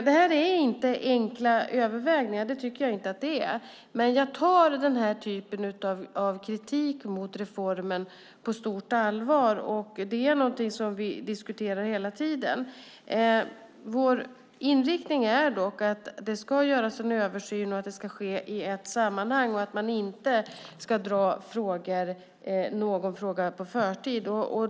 Jag tycker inte att detta är enkla överväganden. Men jag tar denna typ av kritik mot reformen på stort allvar, och det är någonting som vi diskuterar hela tiden. Vår inriktning är dock att det ska göras en översyn, att den ska ske i ett sammanhang och att man inte ska dra någon fråga i förtid.